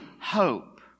hope